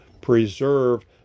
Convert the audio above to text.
preserve